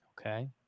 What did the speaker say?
Okay